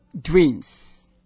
dreams